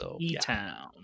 E-Town